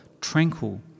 tranquil